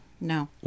No